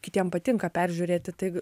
kitiem patinka peržiūrėti tai